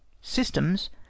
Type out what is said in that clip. systems